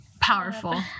powerful